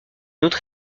autre